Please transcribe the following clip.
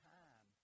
time